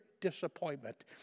disappointment